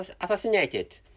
assassinated